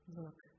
look